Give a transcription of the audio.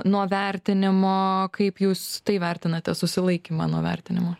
nuo vertinimo kaip jūs tai vertinate susilaikymą nuo vertinimo